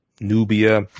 nubia